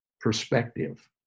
perspective